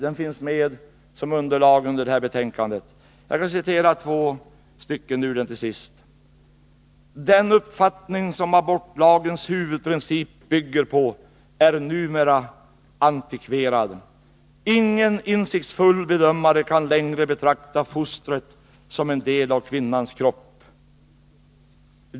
Jag vill till sist citera två stycken ur denna motion, som följer på konstaterandet att den uppfattning som abortlagens huvudprincip bygger på numera är antikverad: ”Ingen insiktsfull bedömare kan längre betrakta ”fostret som en del av kvinnans kropp".